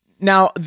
now